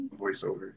voiceover